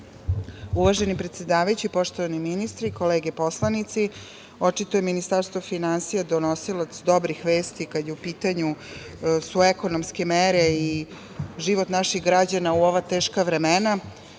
Uvaženi predsedavajući, poštovani ministri, kolege poslanici, očito je Ministarstvo finansija donosilac dobrih vesti kada su u pitanju ekonomske mere i život naših građana u ova teška vremena. Ono